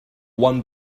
one